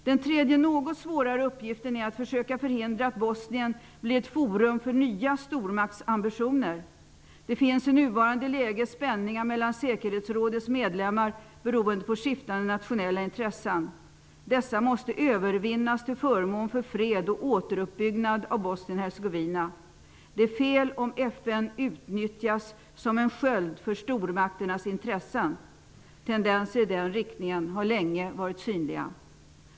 Den tredje, något svårare uppgiften är att försöka förhindra att Bosnien blir ett forum för nya stormaktsambitioner. Det finns i nuvarande läge spänningar mellan säkerhetsrådets medlemmar, beroende på skiftande nationella intressen. Dessa måste övervinnas, till förmån för fred och återuppbyggnad av Bosnien-Hercegovina. Det är fel om FN utnyttjas som en sköld för stormakternas intressen. Tendenser i den riktningen har länge varit synliga.